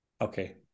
Okay